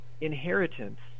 inheritance